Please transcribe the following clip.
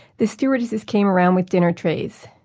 the stewardesses came around with dinner trays